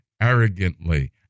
arrogantly